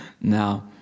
Now